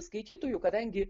skaitytojų kadangi